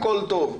הכול טוב.